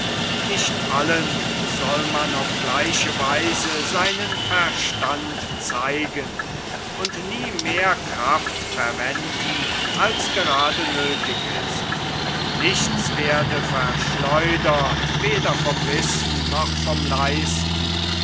nicht allen soll man auf gleiche weise seinen verstand zeigen und nie mehr kraft verwenden als grade nöthig ist nichts werde verschleudert weder vom wissen noch vom leisten